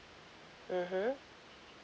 mmhmm